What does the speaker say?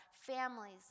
families